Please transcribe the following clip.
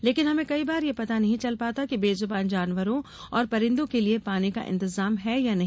लेकिन हमें कई बार यह पता नहीं चल पाता कि बेजुबान जानवरों और परिंदों के लिए पानी का इंतजाम है या नहीं